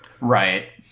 Right